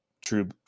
true